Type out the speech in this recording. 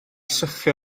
sychu